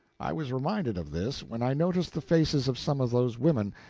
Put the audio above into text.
i was reminded of this when i noticed the faces of some of those women,